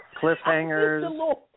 Cliffhangers